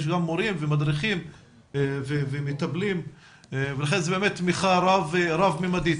יש גם מורים ומדריכים ומטפלים ולכן זו באמת תמיכה רב ממדית.